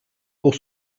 pour